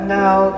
now